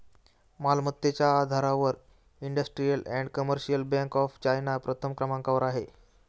मालमत्तेच्या आधारावर industrial and commercial bank of China प्रथम क्रमांकावर आहे